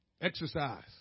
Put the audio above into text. Exercise